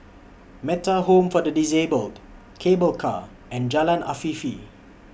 Metta Home For The Disabled Cable Car and Jalan Afifi